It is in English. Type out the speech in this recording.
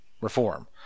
reform